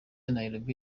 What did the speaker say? nairobi